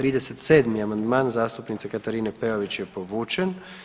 37. amandman zastupnice Katarine Peović je povučen.